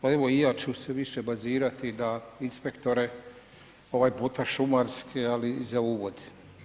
Pa evo i ja ću se više bazirati na inspektore, ovaj put šumarske ali za uvod.